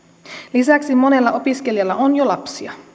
lisäksi monella opiskelijalla on jo lapsia